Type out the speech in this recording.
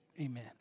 Amen